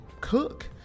cook